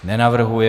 Nenavrhuje.